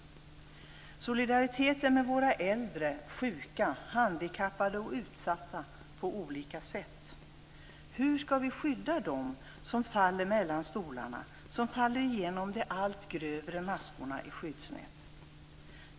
Det gäller då solidariteten med våra äldre, sjuka och handikappade, med människor som på olika sätt är utsatta. Hur skall vi skydda dem som hamnar mellan stolarna, som faller igenom de allt grövre maskorna i skyddsnätet?